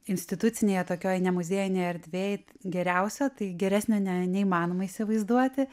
institucinėje tokioj nemuziejinėj erdvėj geriausia tai geresnio ne neįmanoma įsivaizduoti